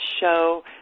show